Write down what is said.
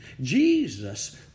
Jesus